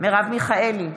מרב מיכאלי,